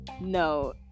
no